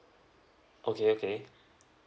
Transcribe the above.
okay okay